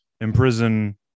imprison